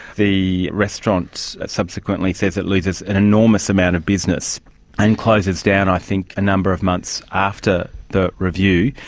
the restaurant subsequently says it loses an enormous amount of business and closes down i think a number of months after the review.